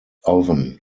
oven